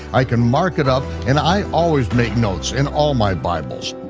i can mark it up, and i always make notes in all my bibles.